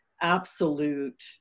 absolute